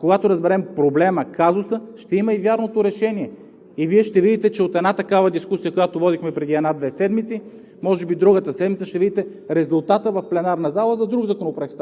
Когато разберем проблема, казусът ще има и вярното решение. И Вие ще видите, че от една такава дискусия, която водихме преди една-две седмици, може би другата седмица ще видите резултата в тази зала. Става въпрос за друг законопроект,